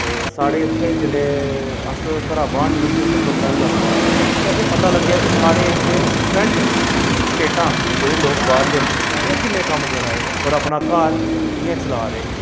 ते साढ़े इत्थें जेल्लै अस घरा बाह्र निकलदे हे असेंगी बंदा निं लभदा हा ते असेंगी पता लग्गेआ कि साढ़े इत्थें डिफ्रैंट स्टेटां जेहड़े लोग बाह्रले न ओह् किन्ने कम्म करा दे होर अपना घर कि'यां चला दे